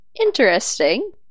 interesting